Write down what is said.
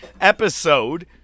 episode